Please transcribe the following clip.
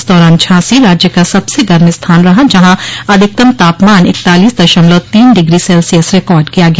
इस दौरान झांसी राज्य का सबस गर्म स्थान रहा जहां अधिकतम तापमान इकतालीस दशमलव तीन डिग्री सेल्सियस रिकार्ड किया गया